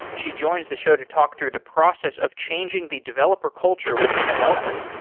she joins the show to talk through the process of changing the developer culture within delta,